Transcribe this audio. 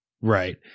Right